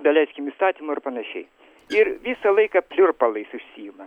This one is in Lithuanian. daleiskim įstatymų ir panašiai ir visą laiką pliurpalais užsiima